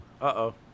Uh-oh